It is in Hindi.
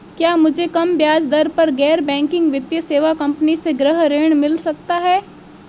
क्या मुझे कम ब्याज दर पर गैर बैंकिंग वित्तीय सेवा कंपनी से गृह ऋण मिल सकता है?